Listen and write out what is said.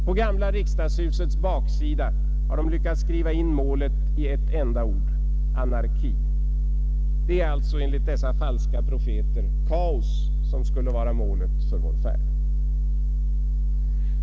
På gamla riksdagshusets baksida har de i skrift lyckats med ett enda ord ange målet: anarki. Enligt dessa falska profeter skulle alltså kaos vara målet för vår färd.